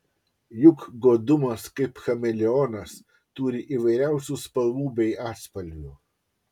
juk godumas kaip chameleonas turi įvairiausių spalvų bei atspalvių